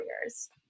careers